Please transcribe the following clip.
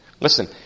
listen